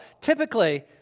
typically